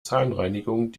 zahnreinigung